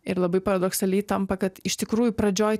ir labai paradoksaliai tampa kad iš tikrųjų pradžioj